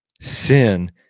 sin